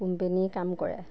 কোম্পেনীৰ কাম কৰে